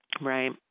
Right